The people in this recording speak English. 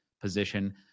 position